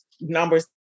numbers